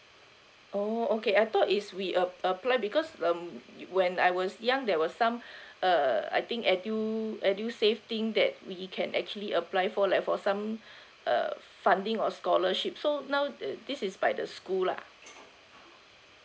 oh okay I thought is we ap~ ap~ apply because um when I was young there were some uh I think EDU~ EDUSAVE thing that we can actually apply for like for some uh funding or scholarship so now this is by the school lah